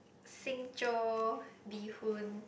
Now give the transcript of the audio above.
星洲 bee-hoon